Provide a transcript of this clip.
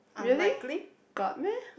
really got meh